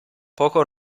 poco